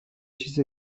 چیز